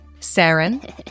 Saren